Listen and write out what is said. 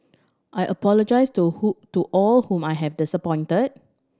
I apologise to who to all whom I have disappointed